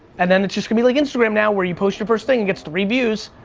and then it's just gonna be like instagram now, where you post your first thing, it gets three views.